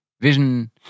Vision